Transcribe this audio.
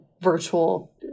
virtual